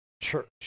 church